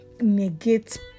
negate